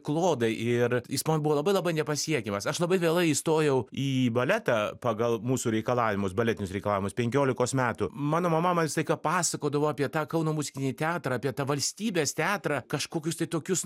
klodai ir jis man buvo labai labai nepasiekiamas aš labai vėlai įstojau į baletą pagal mūsų reikalavimus baletinius reikalavimus penkiolikos metų mano mama man visą laiką pasakodavo apie tą kauno muzikinį teatrą apie tą valstybės teatrą kažkokius tai tokius